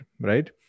right